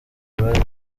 bari